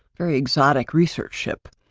very exotic research ship.